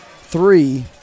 three